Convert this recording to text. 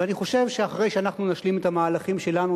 ואני חושב שאחרי שנשלים את המהלכים שלנו,